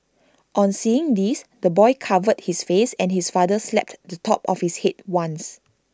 on seeing this the boy covered his face and his father slapped to top of his Head once